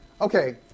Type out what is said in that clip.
Okay